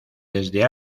desde